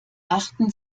achten